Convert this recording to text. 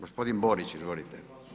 Gospodin Borić, izvolite.